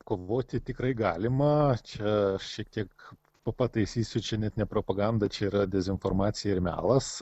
kovoti tikrai galima čia šiek tiek pataisysiu čia net ne propaganda čia yra dezinformacija ir melas